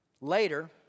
later